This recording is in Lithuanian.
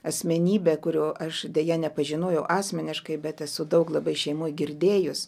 asmenybę kurio aš deja nepažinojau asmeniškai bet esu daug labai šeimoj girdėjus